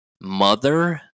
mother